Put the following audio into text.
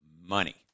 Money